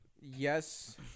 Yes